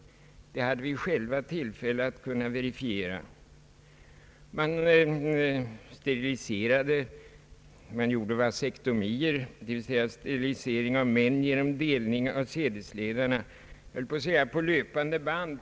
Det hade vi själva tillfälle att kunna verifiera. Man steriliserade, man gjorde vasektomier, dvs. sterilisering av män genom delning av sädesledarna, på snart sagt löpande band.